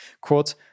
Quote